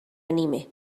anime